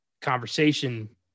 Conversation